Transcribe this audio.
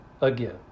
again